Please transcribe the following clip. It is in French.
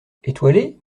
étoilé